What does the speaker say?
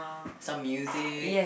some music